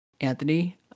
Anthony